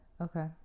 Okay